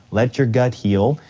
let your gut heal,